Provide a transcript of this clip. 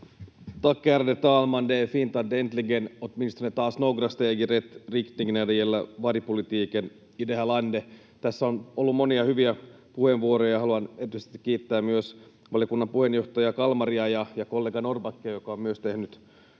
Tässä on ollut monia hyviä puheenvuoroja. Haluan erityisesti kiittää valiokunnan puheenjohtajaa Kalmaria ja kollega Norrbackia, joka on myös tehnyt